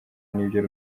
n’ibyo